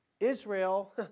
Israel